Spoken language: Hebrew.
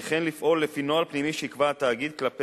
וכן לפעול לפי נוהל פנימי שיקבע התאגיד כלפי